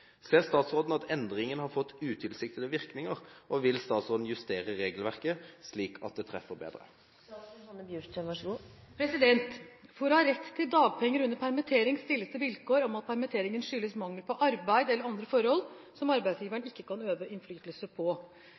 Ser statsråden at endringen har fått utilsiktede virkninger, og vil statsråden justere regelverket slik at det treffer bedre?» For å ha rett til dagpenger under permittering stilles det vilkår om at permitteringen skyldes mangel på arbeid eller andre forhold som arbeidsgiveren ikke kan øve innflytelse på.